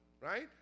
right